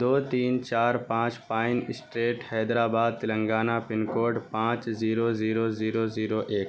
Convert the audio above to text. دو تین چار پانچ Pine Street Hyderabad Telangana pin code پانچ زیرو زیرو زیرو زیرو ایک